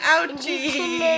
Ouchie